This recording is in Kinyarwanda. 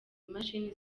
imashini